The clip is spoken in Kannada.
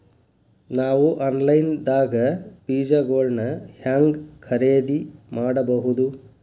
ನಾವು ಆನ್ಲೈನ್ ದಾಗ ಬೇಜಗೊಳ್ನ ಹ್ಯಾಂಗ್ ಖರೇದಿ ಮಾಡಬಹುದು?